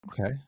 Okay